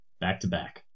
back-to-back